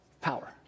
power